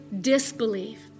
disbelief